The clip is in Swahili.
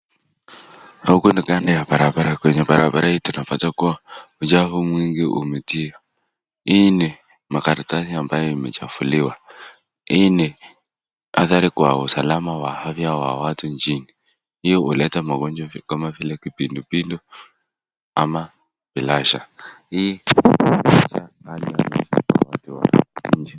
Huku ni ndani ya barabara, kwenye barabara hii tunapata kuwa uchafu mwingi umetiwa, hii ni makaratasi ambayo imechafuliwa, hii ni hatari kwa usalama wa afya ya watu nchini, hii huleta mahonjwa kama vile kipindupindu, ama velasha katika watu wa nchi.